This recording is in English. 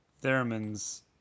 Theremin's